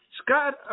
Scott